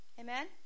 Amen